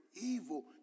evil